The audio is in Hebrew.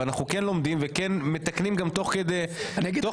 ואנחנו כן לומדים וכן מתקנים גם תוך כדי תנועה,